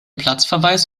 platzverweis